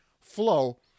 flow